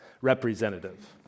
representative